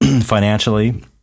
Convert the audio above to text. financially